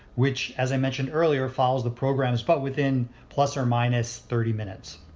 which as i mentioned earlier follows the programs but within plus or minus thirty minutes.